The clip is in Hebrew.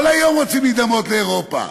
כל היום רוצים להידמות לאירופה,